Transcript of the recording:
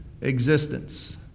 existence